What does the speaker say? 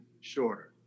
shorter